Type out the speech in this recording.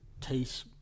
taste